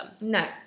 No